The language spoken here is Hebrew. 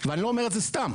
אני לא אומר את זה סתם.